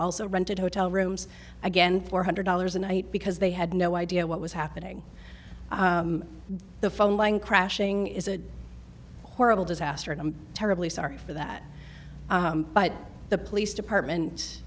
also rented hotel rooms again four hundred dollars a night because they had no idea what was happening the phone line crashing is a horrible disaster and i'm terribly sorry for that but the police department